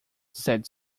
said